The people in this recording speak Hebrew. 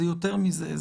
זה יותר מזה,